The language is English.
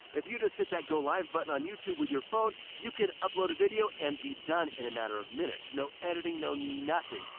if you just hit that go live button on youtube with your phone, you can upload a video and be done in a matter of minutes, no editing, no nothing.